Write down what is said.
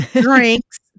Drinks